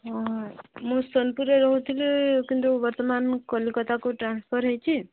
ହଁ ମୁଁ ସୋନପୁରରେ ରହୁଥିଲି କିନ୍ତୁ ବର୍ତ୍ତମାନ ମୁଁ କଲିକତାକୁ ଟ୍ରାନ୍ସଫର୍ ହୋଇଛି